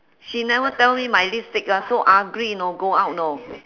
she never tell me my lipstick lah so ugly you know go out you know